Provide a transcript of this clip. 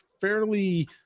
fairly